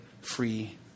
free